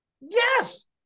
Yes